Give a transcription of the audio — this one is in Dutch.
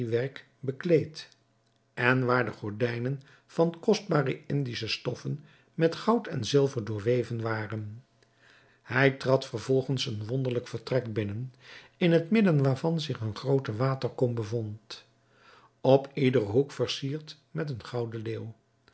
bekleed en waar de gordijnen van kostbare indische stoffen met goud en zilver doorweven waren hij trad vervolgens een wonderlijk vertrek binnen in het midden waarvan zich eene groote waterkom bevond op iederen hoek versierd met een gouden leeuw